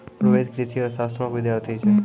रोहित कृषि अर्थशास्त्रो के विद्यार्थी छै